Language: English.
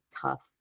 tough